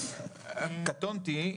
קטונתי.